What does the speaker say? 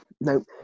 no